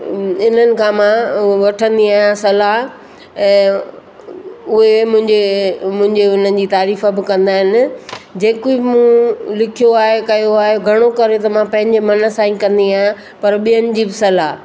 इन्हनि खां मां वठंदी आहियां सलाह ऐं उहे मुंहिंजे मुंहिंजे उन जी तारीफ़ बि कंदा आहिनि जेके बि मूं लिखियो आहे कयो आहे घणो करे त मां पंहिंजे मन सां ई कंदी आहियां पर ॿियनि जी सलाह